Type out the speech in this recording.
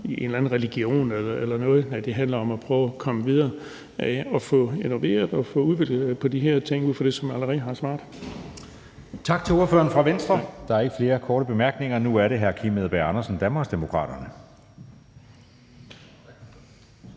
om en eller anden religion eller noget. Nej, det handler om at prøve at komme videre og få innoveret og få udviklet på de her ting ud fra det, som jeg allerede har svaret.